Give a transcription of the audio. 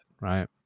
right